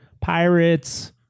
pirates